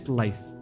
life